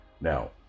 Now